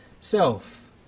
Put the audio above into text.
self